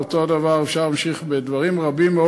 ואותו הדבר אפשר להמשיך בדברים רבים מאוד